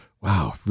wow